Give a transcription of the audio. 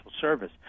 service